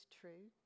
true